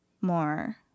more